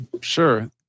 Sure